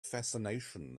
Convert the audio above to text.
fascination